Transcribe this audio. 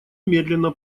медленно